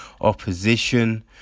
opposition